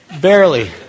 Barely